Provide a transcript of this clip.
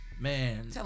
man